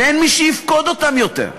ואין מי שיפקוד אותם יותר.